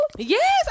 Yes